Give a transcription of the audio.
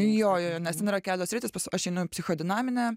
jo jo jo nes ten yra kelios sritys aš einu į psichodinaminę